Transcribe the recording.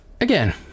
again